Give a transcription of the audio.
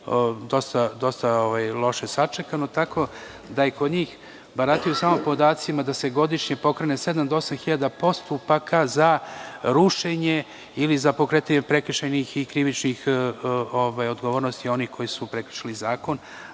dosta loše sačekano. Tako da i kod njih barataju samo podacima da se godišnje pokrene sedam do osam hiljada postupaka za rušenje ili za pokretanje prekršajnih i krivičnih odgovornosti onih koji su prekršili zakon,